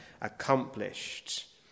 accomplished